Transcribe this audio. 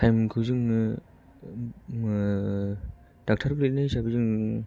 time खौ जोङो doctor गैयि हिसाबै जों